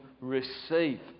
receive